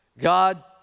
God